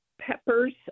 peppers